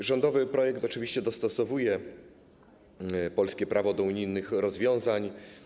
W rządowym projekcie oczywiście dostosowuje się polskie prawo do unijnych rozwiązań.